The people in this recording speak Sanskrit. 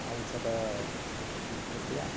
औषधं स्वीकृत्य